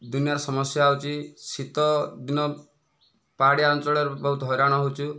ଦିନରେ ସମସ୍ୟା ହେଉଛି ଶୀତ ଦିନ ପାହାଡ଼ିଆ ଅଞ୍ଚଳରେ ବହୁତ ହଇରାଣ ହେଉଛୁ